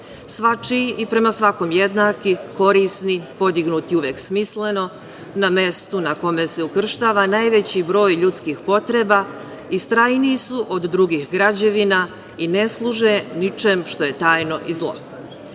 Svačiji i prema svakom jednaki, korisni, podignuti uvek smisleno, na mestu na kome se ukrštava najveći broj ljudskih potreba, istrajniji su od drugih građevina i ne služe ničemu što je tajno i